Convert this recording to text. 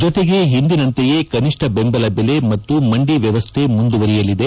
ಜತೆಗೆ ಹಿಂದಿನಂತೆಯೇ ಕನಿಷ್ಣ ಬೆಂಬಲ ಬೆಲೆ ಮತ್ತು ಮಂದಿ ವ್ಯವಸ್ಣೆ ಮುಂದುವರೆಯಲಿದೆ